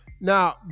Now